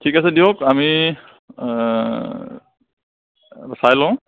ঠিক আছে দিয়ক আমি চাই লওঁ